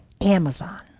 Amazon